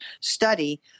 study